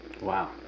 wow